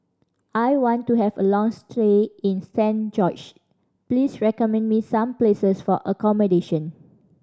I want to have a long stay in Saint George please recommend me some places for accommodation